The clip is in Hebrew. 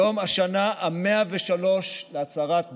יום השנה ה-103 להצהרת בלפור,